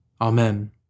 Amen